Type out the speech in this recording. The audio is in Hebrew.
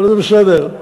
זה בסדר.